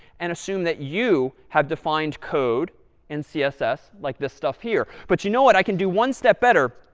and assume that you have defined code in css like this stuff here. but you know what? i can do one step better.